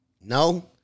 No